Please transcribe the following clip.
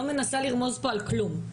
לא מנסה לרמוז על כלום,